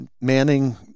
manning